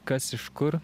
kas iš kur